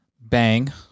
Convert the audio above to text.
bang